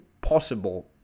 possible